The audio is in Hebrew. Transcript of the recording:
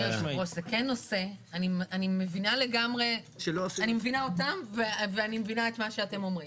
אני מבינה לגמרי אותם ואני מבינה את מה שאתם אומרים.